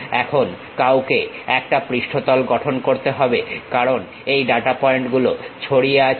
এখন কাউকে একটা পৃষ্ঠতল গঠন করতে হবে কারণ এই ডাটা পয়েন্টগুলো ছড়িয়ে আছে